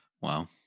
Wow